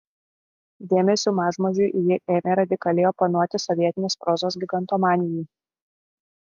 dėmesiu mažmožiui ji ėmė radikaliai oponuoti sovietinės prozos gigantomanijai